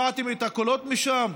לא שמעתם את הקולות משם?